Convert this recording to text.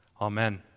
Amen